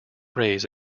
raise